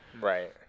right